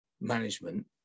management